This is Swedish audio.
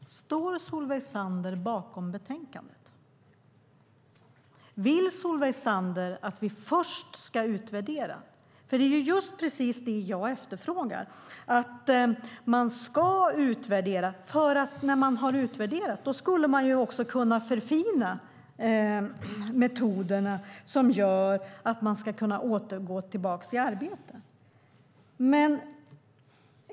Herr talman! Står Solveig Zander bakom betänkandet? Vill Solveig Zander att vi först ska utvärdera? Det är just precis det jag efterfrågar - att man ska utvärdera - för när man har utvärderat skulle man också kunna förfina de metoder som gör att en person ska kunna gå tillbaka till arbete.